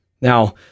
now